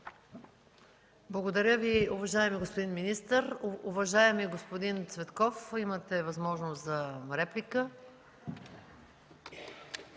Благодаря Ви, уважаеми господин министър. Уважаеми господин Цветков, имате възможност за реплика.